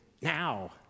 Now